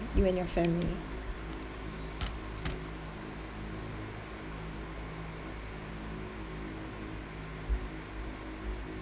you and your family